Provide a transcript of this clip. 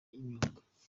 y’imyuga